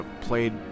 played